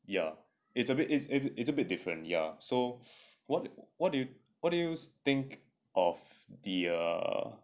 ya it's a bit it's a bit different ya so what what do you what do you think of the uh